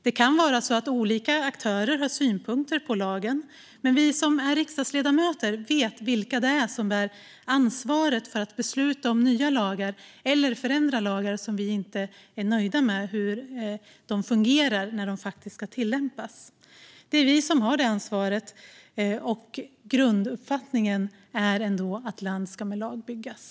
Det kan vara så att olika aktörer har synpunkter på lagen, men vi som är riksdagsledamöter vet vilka det är som bär ansvaret för att besluta om nya lagar eller förändra lagar som vi inte är nöjda med hur de fungerar när de faktiskt ska tillämpas. Det är vi som har det ansvaret, och grunduppfattningen är ändå att land ska med lag byggas.